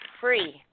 free